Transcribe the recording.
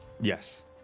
Yes